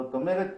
זאת אומרת,